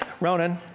Ronan